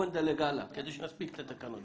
בואו נדלג הלאה כדי שנספיק לעבור על התקנות.